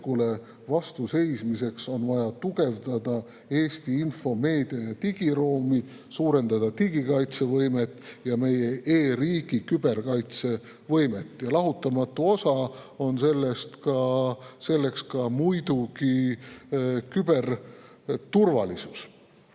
vastu seismiseks on vaja tugevdada Eesti info-, meedia- ja digiruumi, suurendada digikaitsevõimet ja meie e-riigi küberkaitsevõimet. Lahutamatu osa sellest on muidugi küberturvalisus.